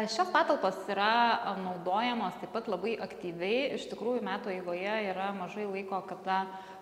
šios patalpos yra naudojamos taip pat labai aktyviai iš tikrųjų metų eigoje yra mažai laiko kada